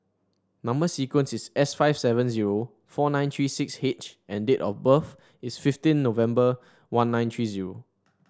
number sequence is S five seven zero four nine three six H and date of birth is fifteen November one nine three zero